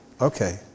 okay